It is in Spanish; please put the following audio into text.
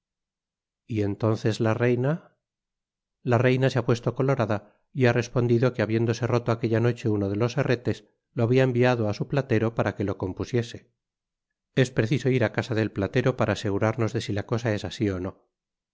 y entonces la reina la reina se ha puesto colorada y ha respondido que habiéndose roto aquella noche uno de los herretes lo habia enviado á su platero para que lo compusiese es preciso ir á casa del platero para asegurarnos de si la cosa es asi ó no